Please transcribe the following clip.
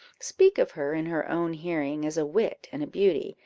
speak of her in her own hearing as a wit and a beauty,